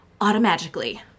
automagically